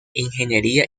ingeniería